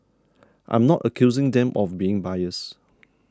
I'm not accusing them of being biased